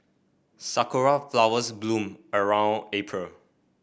sakura flowers bloom around April